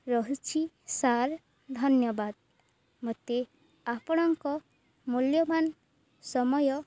ରହୁଛି ସାର୍ ଧନ୍ୟବାଦ ମୋତେ ଆପଣଙ୍କ ମୂଲ୍ୟବାନ ସମୟ